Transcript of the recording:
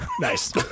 nice